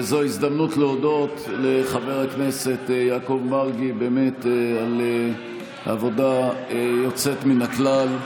וזו הזדמנות להודות לחבר הכנסת יעקב מרגי על עבודה יוצאת מן הכלל,